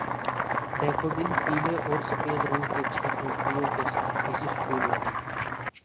daffodil पीले और सफ़ेद रंग के छह पंखुड़ियों के साथ विशिष्ट फूल होते हैं